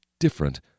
Different